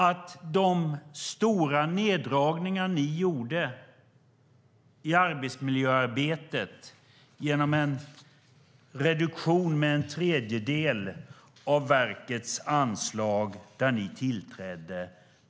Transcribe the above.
Ni gjorde stora neddragningar i arbetsmiljöarbetet genom en reduktion med en tredjedel av verkets anslag när ni tillträdde.